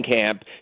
camp